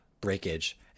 breakage